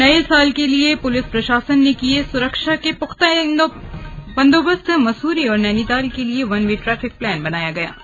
नये साल के लिए पुलिस प्रशासन ने किये हैं सुरक्षा के पुख्ता बंदोबस्तमसूरी और नैनीताल के लिए वन वे ट्रैफिक प्लान बनाया गया है